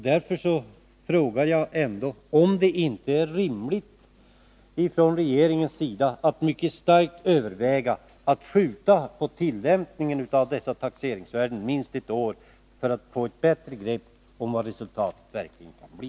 Därför frågar jag: Är det inte rimligt att regeringen mycket starkt överväger att skjuta på tillämpningen av dessa taxeringsvärden minst ett år för att få ett bättre grepp om vad resultatet verkligen kan bli?